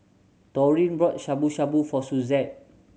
Taurean bought Shabu Shabu for Suzette